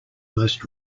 most